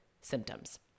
symptoms